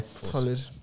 Solid